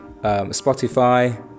Spotify